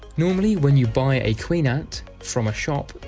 normally when you buy a queen ah ant from a shop,